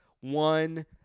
one